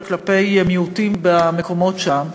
כלפי מיעוטים במקומות שם.